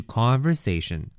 conversation